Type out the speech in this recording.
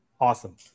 Awesome